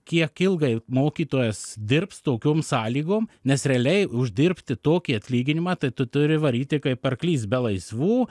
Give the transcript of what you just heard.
kiek ilgai mokytojas dirbs tokiom sąlygom nes realiai uždirbti tokį atlyginimą tai tu turi varyti kaip arklys be laisvų